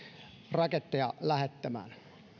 raketteja lähettämään